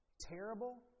terrible